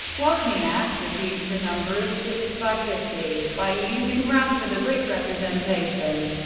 wozniak reduced the number of chips by fifty, by using ram for the brick representation.